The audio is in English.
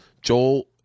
Joel